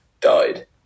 died